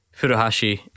Furuhashi